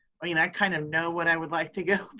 i mean, i kind of know what i would like to go,